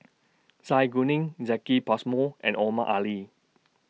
Zai Kuning Jacki Passmore and Omar Ali